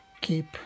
keep